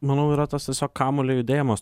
manau yra tas viso kamuolio judėjimas